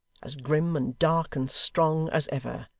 as grim and dark and strong as ever,